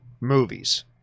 movies